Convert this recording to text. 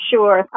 Sure